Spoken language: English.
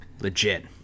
legit